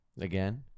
Again